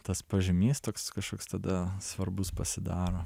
tas pažymys toks kažkoks tada svarbus pasidaro